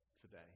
today